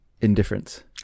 indifference